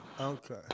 Okay